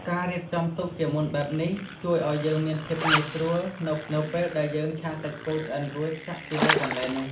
ការរៀបចំទុកជាមុនបែបនេះ ជួយឲ្យយើងមានភាពងាយស្រួលនៅពេលដែលយើងឆាសាច់គោឆ្អិនរួចចាក់ពីលើបន្លែនោះ។